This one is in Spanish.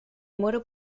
muero